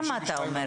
למה אתה אומר?